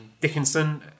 Dickinson